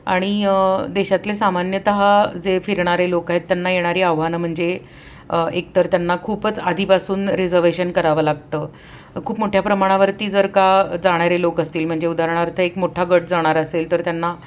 आणि देशातले सामान्यतः जे फिरणारे लोक आहेत त्यांना येणारी आव्हानं म्हणजे एकतर त्यांना खूपच आधीपासून रिझर्वेशन करावं लागतं खूप मोठ्या प्रमाणावरती जर का जाणारे लोक असतील म्हणजे उदाहरणार्थ एक मोठा गट जाणार असेल तर त्यांना